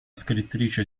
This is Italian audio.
scrittrice